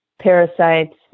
parasites